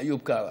איוב קרא.